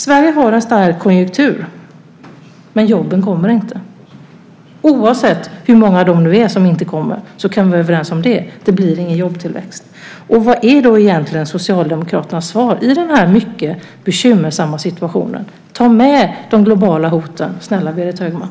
Sverige har en stark konjunktur, men jobben kommer inte. Oavsett hur många jobb det är som inte kommer kan vi vara överens om att det inte blir någon jobbtillväxt. Vad är då egentligen Socialdemokraternas svar i den här mycket bekymmersamma situationen? Ta med de globala hoten, snälla Berit Högman!